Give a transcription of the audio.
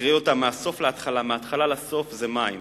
תקראי אותה מהסוף להתחלה, מההתחלה לסוף, זה מים.